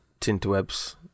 Tinterwebs